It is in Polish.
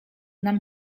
nam